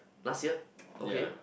last year okay